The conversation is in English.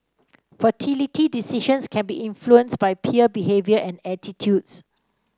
fertility decisions can be influenced by peer behaviour and attitudes